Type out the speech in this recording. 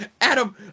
Adam